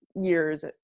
years